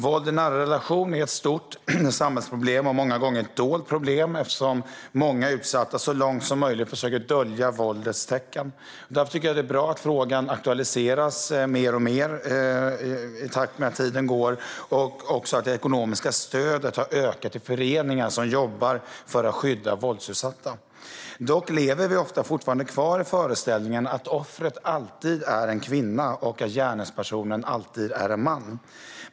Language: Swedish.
Våld i nära relationer är ett stort samhällsproblem och många gånger ett dolt problem eftersom många utsatta så långt som möjligt försöker dölja tecknen på våld. Därför tycker jag att det är bra att frågan aktualiseras mer och mer i takt med att tiden går, och också att det ekonomiska stödet har ökat till föreningar som jobbar för att skydda våldsutsatta. Dock lever vi ofta kvar i föreställningen att offret alltid är en kvinna och gärningspersonen alltid en man.